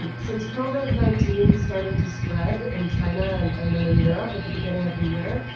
since covid nineteen started to spread in china and then in europe at the beginning of the year,